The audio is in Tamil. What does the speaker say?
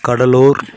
கடலூர்